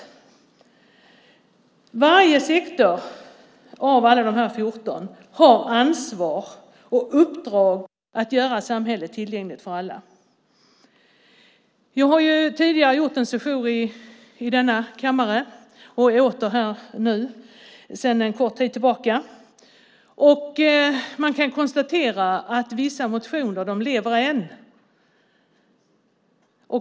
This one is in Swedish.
Varje sektor i samhället, alla 14, har ansvar och uppdrag att göra samhället tillgängligt för alla. Jag har tidigare haft en sejour i denna kammare och är nu åter här sedan en kort tid tillbaka. Jag kan konstatera att vissa motioner lever än.